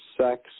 sex